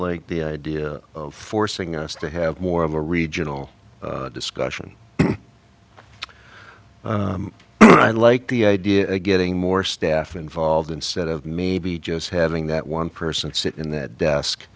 like the idea of forcing us to have more of a regional discussion i like the idea of getting more staff involved instead of me be just having that one person sit in that desk